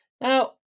Now